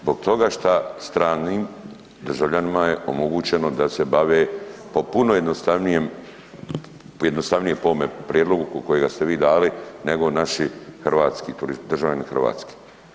Zbog toga šta stranim državljanima je omogućeno da se bave po puno jednostavnijem, po jednostavnijem po ovome prijedlogu kojega ste vi dali nego naši hrvatski, državljani Hrvatske.